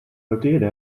noteerde